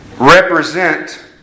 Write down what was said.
represent